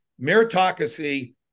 Meritocracy